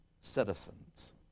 citizens